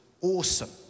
awesome